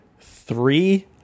three